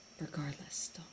regardless